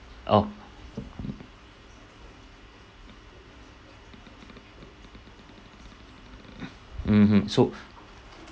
oh mm mmhmm so